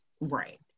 right